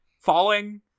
falling